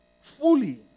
fully